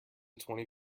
twenty